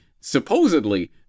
supposedly